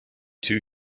two